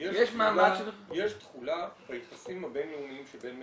יש תחולה ביחסים הבינלאומיים שבין מדינות,